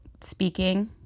speaking